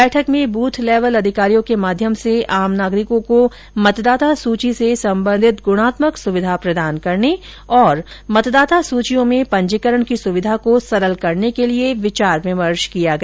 बैठक में booth level अधिकारियों के माध्यम से आम नागरिकों को मतदाता सुची से सम्बन्धित गुणात्मक सुविधा प्रदान करने और मतदाता सुचियों में पंजीकरण की सुविधा को सरल करने के लिए विचार विमर्श किया गया